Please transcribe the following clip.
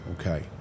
okay